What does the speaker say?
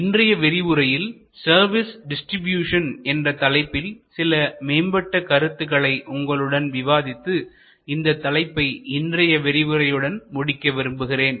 இன்றைய விரிவுரையில் service distribution என்ற தலைப்பில் சில மேம்பட்ட கருத்துக்களை உங்களுடன் விவாதித்து இந்த தலைப்பை இன்றைய விரிவுரையுடன் முடிக்க விரும்புகிறேன்